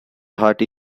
hearty